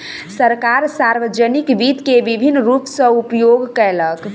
सरकार, सार्वजानिक वित्त के विभिन्न रूप सॅ उपयोग केलक